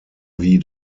wie